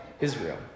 Israel